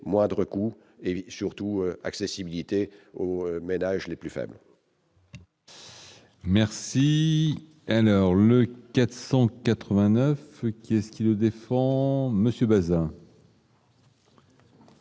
moindre coût et surtout accessibilité aux ménages les plus faibles. Merci, alors le 400 89 qui est ce qui le défend monsieur Baeza.